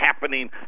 happening